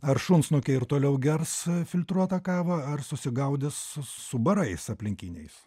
ar šunsnukiai ir toliau gers filtruotą kavą ar susigaudys su barais aplinkiniais